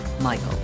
Michael